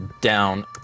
down